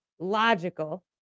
logical